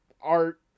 art